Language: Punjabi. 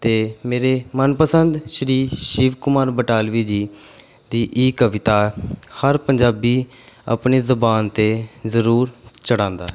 ਅਤੇ ਮੇਰੇ ਮਨਪਸੰਦ ਸ਼੍ਰੀ ਸ਼ਿਵ ਕੁਮਾਰ ਬਟਾਲਵੀ ਜੀ ਦੀ ਇਹ ਕਵਿਤਾ ਹਰ ਪੰਜਾਬੀ ਆਪਣੀ ਜ਼ੁਬਾਨ 'ਤੇ ਜ਼ਰੂਰ ਚੜ੍ਹਾਉਂਦਾ ਹੈ